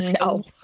No